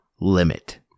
limit